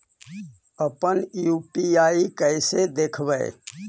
अपन यु.पी.आई कैसे देखबै?